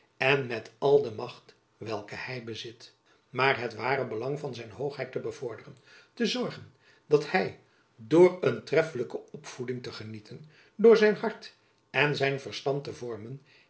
en met al de macht welke hy bezit maar het ware belang van zijn hoogheid te bevorderen te zorgen dat hy door een treffelijke opvoeding te genieten door zijn hart en zijn verstand te vormen